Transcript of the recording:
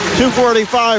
2.45